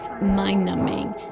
mind-numbing